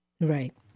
Right